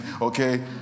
okay